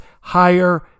higher